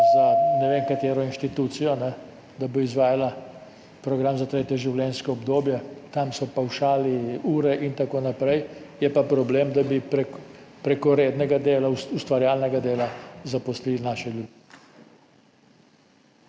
za ne vem katero institucijo, da bo izvajala program za tretje življenjsko obdobje, tam so pavšali, ure in tako naprej, je pa problem, da bi prek rednega dela, ustvarjalnega dela zaposlili naše ljudi.